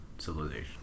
Civilization